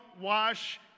wash